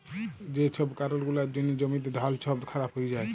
যে ছব কারল গুলার জ্যনহে জ্যমিতে ধাল ছব খারাপ হঁয়ে যায়